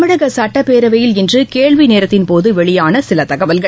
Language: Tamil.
தமிழக சட்டப்பேரவையில் கேள்வி நேரத்தின் போது வெளியான சில தகவல்கள்